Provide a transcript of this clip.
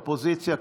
אופוזיציה,